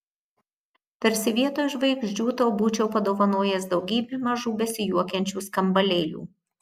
tarsi vietoj žvaigždžių tau būčiau padovanojęs daugybę mažų besijuokiančių skambalėlių